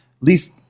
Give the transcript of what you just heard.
least